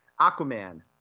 Aquaman